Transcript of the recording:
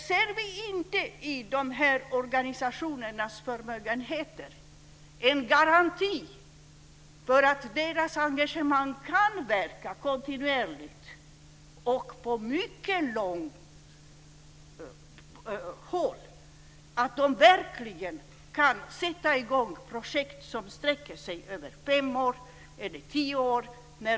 Ser vi inte i dessa organisationers förmögenheter en garanti för att deras engagemang kan verka kontinuerligt och på mycket lång sikt, så att de kan sätta i gång projekt som sträcker sig över fem eller tio år?